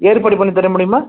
ஏற்பாடு பண்ணி தர முடியுமா